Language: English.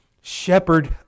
shepherd